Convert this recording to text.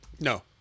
No